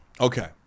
Okay